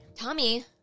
Tommy